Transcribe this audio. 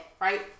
right